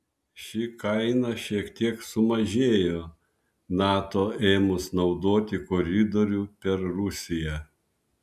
ši kaina šiek tiek sumažėjo nato ėmus naudoti koridorių per rusiją